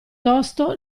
tosto